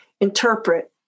interpret